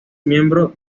miembro